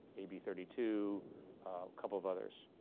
a b. thirty two, a couple of others.